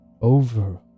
over